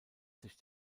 sich